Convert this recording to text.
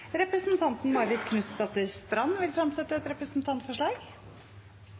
Representanten Marit Knutsdatter Strand vil fremsette et representantforslag.